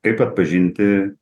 kaip atpažinti